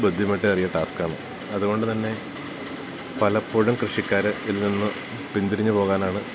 ബുദ്ധിമുട്ടേറിയ ടാസ്ക്കാണ് അതുകൊണ്ടുതന്നെ പലപ്പോഴും കൃഷിക്കാര് ഇതിൽനിന്നു പിന്തിരിഞ്ഞുപോകാനാണ്